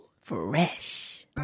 Fresh